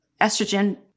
estrogen